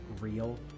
real